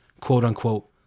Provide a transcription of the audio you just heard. quote-unquote